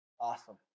awesome